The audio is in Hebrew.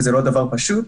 וזה לא דבר פשוט,